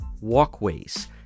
walkways